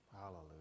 hallelujah